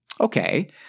Okay